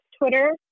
Twitter